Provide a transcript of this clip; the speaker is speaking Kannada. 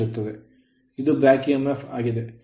ಇದು back EMF ಬ್ಯಾಕ್ ಇಎಂಎಫ್ ಆಗಿದೆ